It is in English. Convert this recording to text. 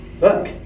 look